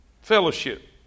Fellowship